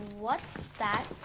what's that?